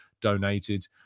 donated